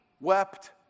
wept